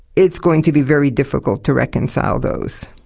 it's going to be very difficult to reconcile those.